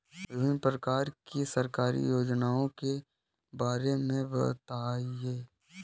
विभिन्न प्रकार की सरकारी योजनाओं के बारे में बताइए?